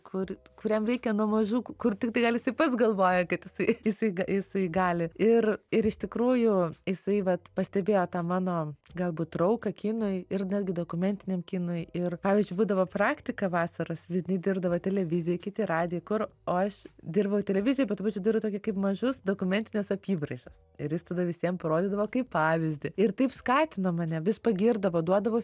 kur kuriam reikia nuo mažų kur tiktai gal jisai pats galvoja kad jisai jisai gali ir ir iš tikrųjų jisai vat pastebėjo tą mano galbūt trauką kinui ir netgi dokumentiniam kinui ir pavyzdžiui būdavo praktika vasaros vieni dirbdavo televizijoj kiti radijuj kur o aš dirbau televizijoj bet tuo pačiu dariau tokį kaip mažas dokumentines apybraižas ir jis tada visiem parodydavo kaip pavyzdį ir taip skatino mane vis pagirdavo duodavo